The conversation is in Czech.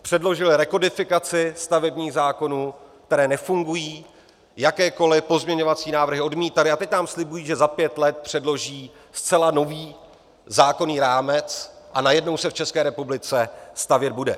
Předložily rekodifikaci stavebních zákonů, které nefungují, jakékoliv pozměňovací návrhy odmítaly, a teď nám slibují, že za pět let předloží zcela nový zákonný rámec a najednou se v České republice stavět bude.